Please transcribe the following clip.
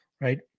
right